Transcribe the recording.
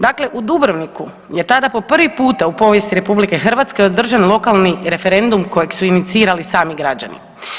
Dakle, u Dubrovniku je tada po prvi puta u povijesti RH održan lokalni referendum kojeg su inicirali sami građani.